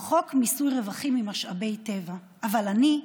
חוק מיסוי רווחים ממשאבי טבע, אבל אני,